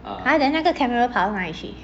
!huh! then 那个 camera 跑到哪里去